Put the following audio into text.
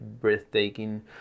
breathtaking